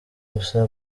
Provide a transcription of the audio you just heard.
gusa